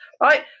right